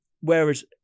Whereas